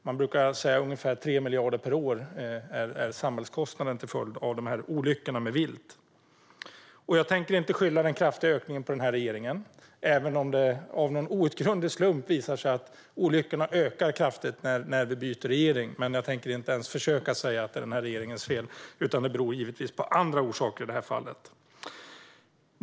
Man brukar säga att samhällskostnaden till följd av viltolyckorna är ungefär 3 miljarder per år. Jag tänker inte skylla den kraftiga ökningen på denna regering, även om det av någon outgrundlig slump visar sig att olyckorna ökar kraftigt när vi byter regering. Jag tänker inte ens försöka säga att det är denna regerings fel - detta beror givetvis på andra saker.